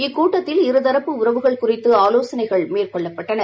இக்கூட்டத்தில் இருதரப்பு உறவுகள் குறித்து ஆலோசனைகள் மேற்கொள்ளப்பட்டன